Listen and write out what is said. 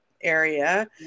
area